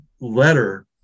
letter